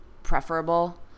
preferable